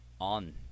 on